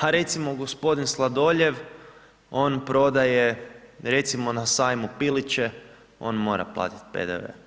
a recimo gospodin Sladoljev, on prodaje recimo na sajmu piliće, on mora platiti PDV.